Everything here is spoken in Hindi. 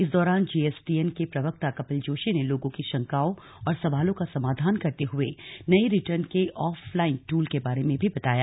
इस दौरान जी एस टी एन के प्रवक्ता कपिल जोशी ने लोगों की शंकाओं और सवालों का समाधान करते हुए नई रिटर्न के ऑफ लाइन ट्रल के बारे में भी बताया